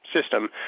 system